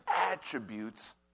attributes